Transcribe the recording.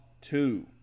two